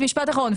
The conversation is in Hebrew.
משפט אחרון.